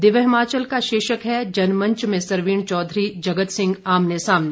दिव्य हिमाचल का शीर्षक है जनमंच में सरवीण चौधरी जगत सिंह आमने सामने